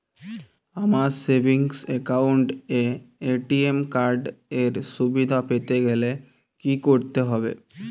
আমার savings account এ ATM card এর সুবিধা পেতে গেলে কি করতে হবে?